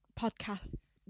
podcasts